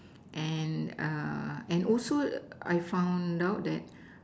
and err and also I found out that